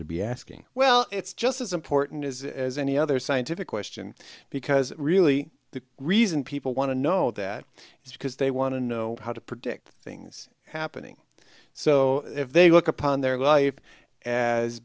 to be asking well it's just as important is as any other scientific question because really the reason people want to know that is because they want to know how to predict things happening so if they look upon their life as